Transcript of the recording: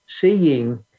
seeing